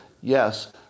yes